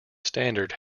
standard